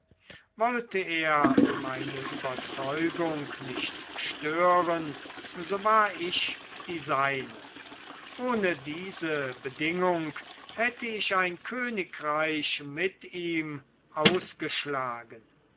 wollte er meine überzeugung nicht stören so war ich die seine ohne diese bedingung hätte ich ein königreich mit ihm ausgeschlagen